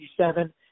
1987